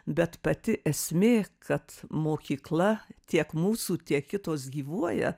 bet pati esmė kad mokykla tiek mūsų tiek kitos gyvuoja